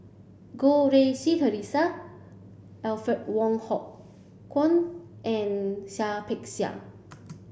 Goh Rui Si Theresa Alfred Wong Hong Kwok and Seah Peck Seah